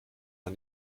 man